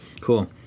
Cool